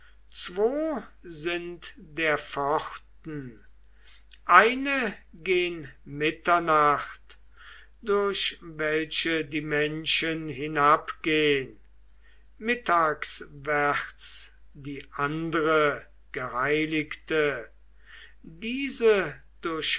sind der pforten eine gen mitternacht durch welche die menschen hinabgehn mittagwärts die andre geheiligte diese